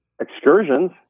excursions